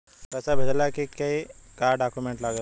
पैसा भेजला के का डॉक्यूमेंट लागेला?